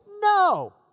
no